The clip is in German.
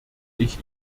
ich